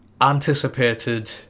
anticipated